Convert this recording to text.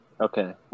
Okay